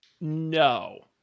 no